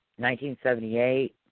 1978